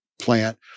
plant